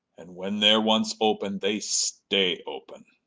and when they're once open, they stay open.